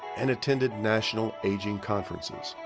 and attended national aging conferences.